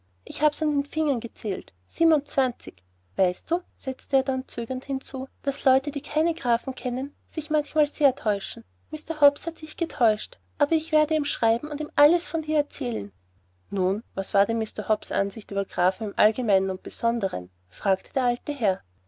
ich hab's an den fingern gezählt siebenundzwanzig weißt du setzte er dann zögernd hinzu daß leute die keine grafen kennen sich manchmal sehr täuschen mr hobbs hat sich getäuscht aber ich werde ihm schreiben und ihm alles von dir erzählen nun was war denn mr hobbs ansicht über grafen im allgemeinen und besondern fragte der alte herr